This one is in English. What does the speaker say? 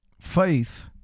faith